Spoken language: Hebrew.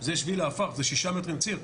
זה שביל עפר, זה 6 מטרים ציר.